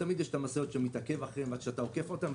ותמיד יש משאיות שאתה מתעכב מאחוריהן עד שאתה עוקף אותן.